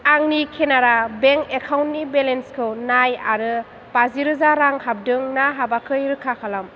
आंनि केनारा बेंक एकाउन्टनि बेलेन्सखौ नाय आरो बाजि रोजा रां हाबदों ना हाबाखै रोखा खालाम